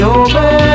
over